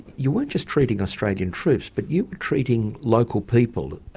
you weren't just treating australian troops but you were treating local people.